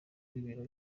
w’ibiro